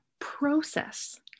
process